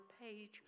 page